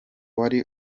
wari